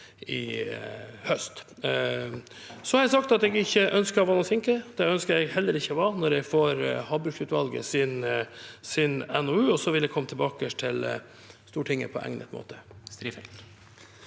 Jeg har sagt at jeg ikke ønsker å være noen sinke. Det ønsker jeg heller ikke å være når jeg får havbruksutvalgets NOU – og så vil jeg komme tilbake til Stortinget på egnet måte.